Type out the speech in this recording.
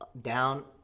down